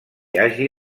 hagi